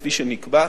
כפי שנקבע.